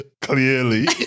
Clearly